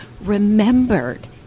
remembered